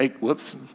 Whoops